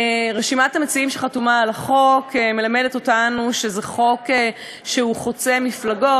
רשימת המציעים שחתומים על החוק מלמדת אותנו שזה חוק שהוא חוצה מפלגות,